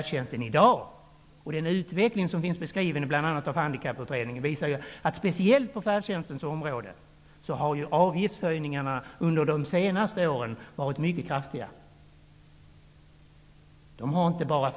Den utveckling som har beskrivits av bl.a. Handikapputredningen visar ju att avgiftshöjningarna under de senaste åren har varit mycket kraftiga speciellt på färdtjänstens område.